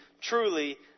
truly